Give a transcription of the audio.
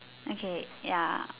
okay ya